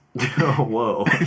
Whoa